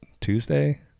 Tuesday